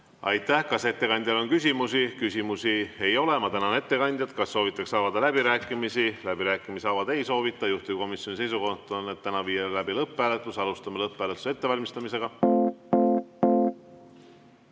Aitäh! Kas ettekandjale on küsimusi? Küsimusi ei ole. Ma tänan ettekandjat. Kas soovitakse avada läbirääkimisi? Läbirääkimisi avada ei soovita. Juhtivkomisjoni seisukoht on viia täna läbi lõpphääletus. Alustame lõpphääletuse ettevalmistamist.